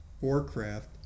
Warcraft